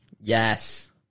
Yes